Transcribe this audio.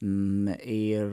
me ir